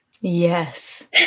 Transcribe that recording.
Yes